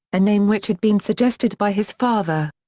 a name which had been suggested by his father.